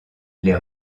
les